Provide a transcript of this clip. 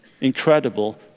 incredible